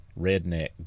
redneck